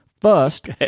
First